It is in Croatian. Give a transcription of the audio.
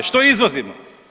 Što izvozimo?